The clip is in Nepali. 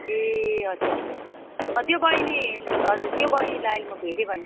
ए अच्छा अच्छा त्यो बहिनी हजुर त्यो बहिनीलाई अहिले म भेटेँ भने